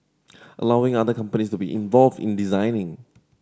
allowing other companies to be involved in designing